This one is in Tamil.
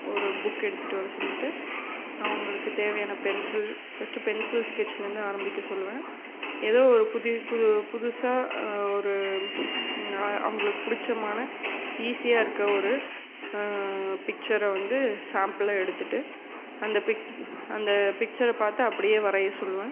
ஒரு புக்கு எடுத்துகிட்டு வர சொல்லிவிட்டு அவங்களுக்கு தேவையான பென்சில் ஃபஸ்டு பென்சில் ஸ்கெட்ச்சுலேருந்து ஆரம்பிக்க சொல்லுவேன் ஏதோ ஒரு புது புது புதுசாக ஒரு அ அவங்களுக்கு பிடிச்சமான ஈஸியாக இருக்கற ஒரு பிக்சரை வந்து சாம்பிலாக எடுத்துட்டு அந்த பிக் அந்த பிக்சரை பார்த்து அப்படியே வரையை சொல்லுவேன்